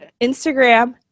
Instagram